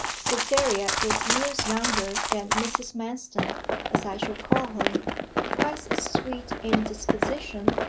cytherea is years younger than mrs. manston as i shall call her twice as sweet in disposition,